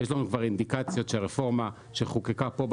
יש לנו כבר אינדיקציות שהרפורמה שחוקקה פה,